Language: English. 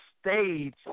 stage